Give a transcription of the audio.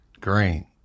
Green